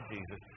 Jesus